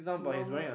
normal